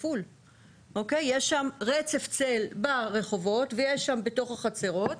יש שם רצף צל ברחובות ובתוך החצרות.